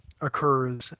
occurs